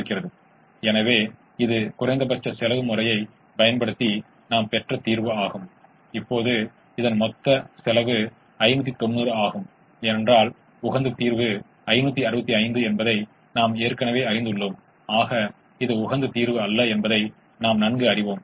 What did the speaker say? இப்போது வேறு சில தீர்வுகளை முயற்சிக்கிறோம் 54 என்று சொல்லுங்கள் மேலும் 2 தடைகளுக்கு மாற்றாக 54 இரு தடைகளையும் பூர்த்தி செய்கிறது என்பதை உணருவோம்